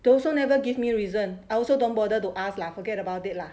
they also never give me reason I also don't bother to ask lah forget about it lah